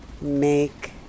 Make